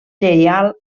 lleial